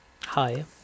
Hi